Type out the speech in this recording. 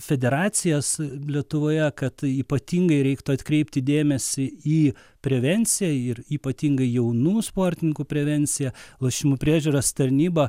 federacijas lietuvoje kad ypatingai reiktų atkreipti dėmesį į prevencija ir ypatingai jaunų sportininkų prevencija lošimų priežiūros tarnyba